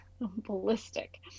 ballistic